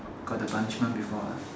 got the punishment before lah